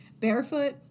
barefoot